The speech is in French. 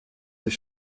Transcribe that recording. mais